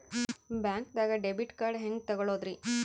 ಬ್ಯಾಂಕ್ದಾಗ debit card ಹೆಂಗ್ ತಗೊಳದ್ರಿ?